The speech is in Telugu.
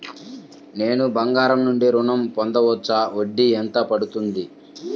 నేను బంగారం నుండి ఋణం పొందవచ్చా? వడ్డీ ఎంత పడుతుంది?